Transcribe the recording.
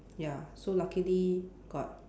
ya so luckily got